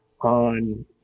on